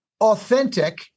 authentic